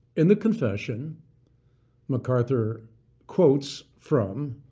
in the confession mcarthur quotes from